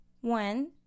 One